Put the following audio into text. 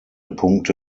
punkte